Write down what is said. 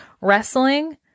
Wrestling